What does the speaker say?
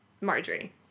Marjorie